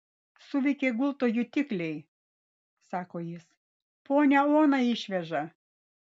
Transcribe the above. suveikė gulto jutikliai sako jis ponią oną išveža